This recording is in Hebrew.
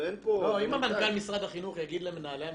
אם מנכ"ל משרד החינוך יגיד למנהלי המחוזות,